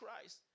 Christ